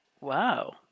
Wow